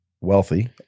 wealthy